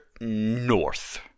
north